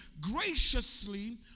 graciously